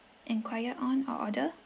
enquire on or order